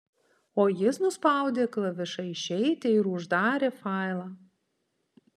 o jis nuspaudė klavišą išeiti ir uždarė failą